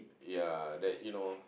ya that you know